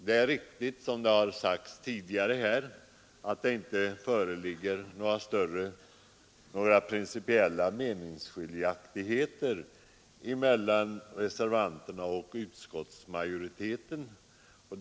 Det är riktigt som här tidigare har sagts att det inte föreligger några principiella meningsskiljaktigheter mellan reservanternas och utskottsmajoritetens uppfattning.